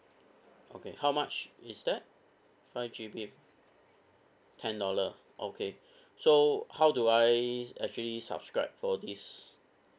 okay how much is that five G_B ten dollar okay so how do I actually subscribe for this